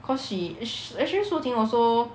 cause she sh~ actually shu ting also